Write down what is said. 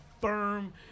firm